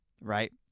right